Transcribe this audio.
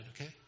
Okay